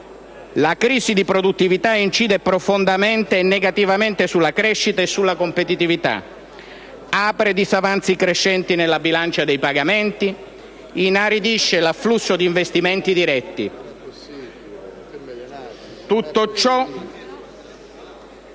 La crisi di produttività incide profondamente e negativamente sulla crescita e sulla competitività, apre disavanzi crescenti nella bilancia dei pagamenti e inaridisce l'afflusso di investimenti diretti. *(Brusìo).*